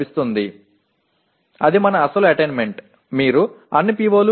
அதுவே நமது உண்மையான சாதனை